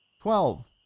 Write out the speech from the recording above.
Twelve